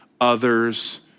others